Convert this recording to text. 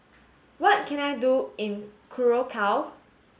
what can I do in Curacao